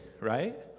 right